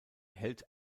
hält